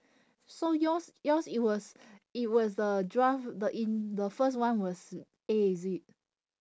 so yours yours it was it was the draft the in the first one was A is it